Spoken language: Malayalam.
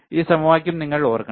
ഈ സമവാക്യം നിങ്ങൾ ഓർക്കണം